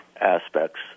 aspects